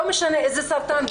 לא משנה איזה סרטן,